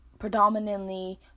predominantly